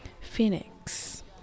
Phoenix